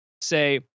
say